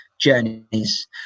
journeys